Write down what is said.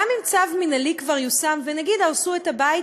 גם אם צו מינהלי כבר יושם ונגיד הרסו את הבית,